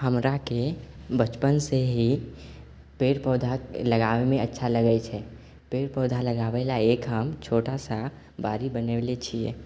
हमराके बचपनसँ ही पेड़ पौधा लगाबैमे अच्छा लगै छै पेड़ पौधा लगाबै लए एक हम छोटा सा बाड़ी बनेले छियै